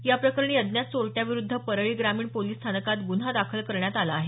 याप्रकरणी अज्ञात चोरट्याविरुद्ध परळी ग्रामीण पोलिस स्थानकात गुन्हा दाखल करण्यात आला आहे